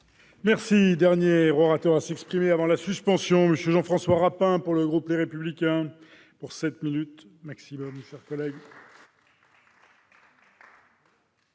Merci,